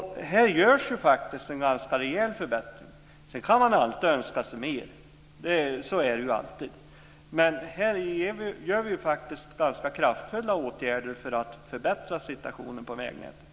Här görs faktiskt en ganska rejäl förbättring. Sedan kan man alltid önska sig mer - så är det ju alltid - men här vidtar vi faktiskt ganska kraftfulla åtgärder för att förbättra vägnätets situation.